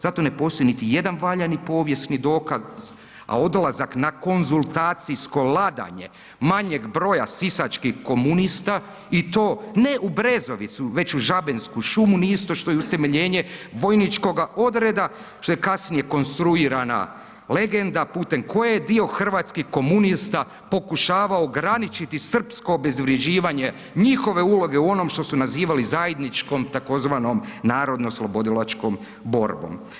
Za to ne postoji niti jedan valjani povijesni dokaz, a odlazak na konzultacijsko ladanje manjeg broja sisačkih komunista i to ne u Brezovicu već u Žabensku šumu nije isto što i utemeljenje vojničkoga odreda što je kasnije konstruirana legenda putem koje je dio hrvatskih komunista pokušavao ograničiti srpsko obezvrjeđivanje njihove uloge u onom što su nazivali zajedničkom tzv. narodnooslobodilačkom borbom.